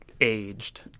aged